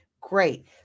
Great